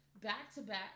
back-to-back